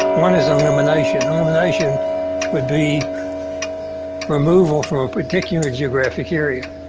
one is elimination. elimination would be removal from a particular geographic area.